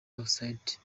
outside